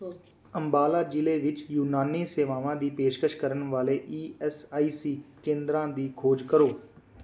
ਅੰਬਾਲਾ ਜ਼ਿਲ੍ਹੇ ਵਿੱਚ ਯੂਨਾਨੀ ਸੇਵਾਵਾਂ ਦੀ ਪੇਸ਼ਕਸ਼ ਕਰਨ ਵਾਲੇ ਈ ਐਸ ਆਈ ਸੀ ਕੇਂਦਰਾਂ ਦੀ ਖੋਜ ਕਰੋ